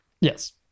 Yes